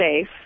safe